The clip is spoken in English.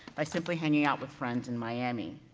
by simply hanging out with friends in miami.